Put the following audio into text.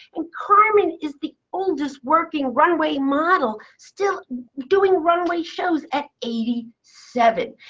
and carmen is the oldest working runway model still doing runway shows at eighty seven.